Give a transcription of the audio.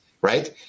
right